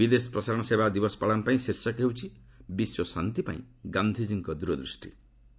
ବିଦେଶ ପ୍ରସାରଣ ସେବା ଦିବସ ପାଳନ ପାଇଁ ଶୀର୍ଷକ ହେଉଛି 'ବିଶ୍ୱ ଶାନ୍ତି ପାଇଁ ଗାନ୍ଧିଜୀଙ୍କ ଦୂତ୍ ଦୃଷ୍ଟି'